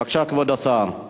בבקשה, כבוד השר.